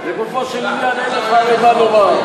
לגופו של עניין אין לך הרי מה לומר,